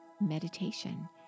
meditation